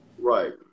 Right